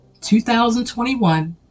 2021